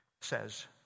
says